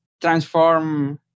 transform